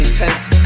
Intense